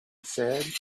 answered